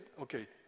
okay